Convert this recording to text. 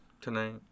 tonight